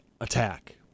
attack